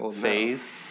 phase